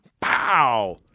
Pow